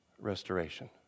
restoration